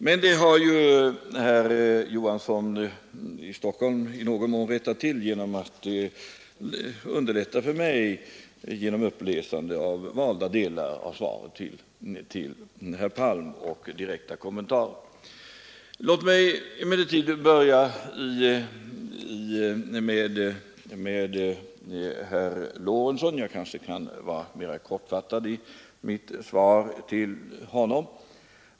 Med detta har ju herr Johansson i Stockholm i viss mån rättat till — han har underlättat för mig genom uppläsande av valda delar av svaret till herr Palm och beroende av multinationella företag, Låt mig emellertid börja med herr Lorentzon — jag kan kanske vara mera kortfattad i mitt svar till honom.